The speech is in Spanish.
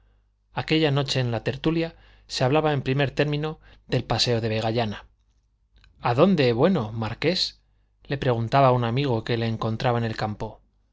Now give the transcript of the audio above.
aquella noche en la tertulia se hablaba en primer término del paseo de vegallana a dónde bueno marqués le preguntaba un amigo que le encontraba en el campo